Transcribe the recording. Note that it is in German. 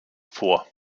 vor